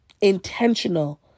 intentional